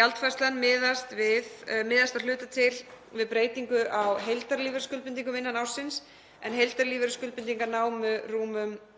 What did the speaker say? Gjaldfærslan miðast að hluta til við breytingu á heildarlífeyrisskuldbindingum innan ársins, en heildarlífeyrisskuldbindingar námu rúmum